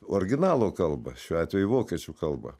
originalo kalbą šiuo atveju vokiečių kalbą